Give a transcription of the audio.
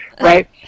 right